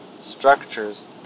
structures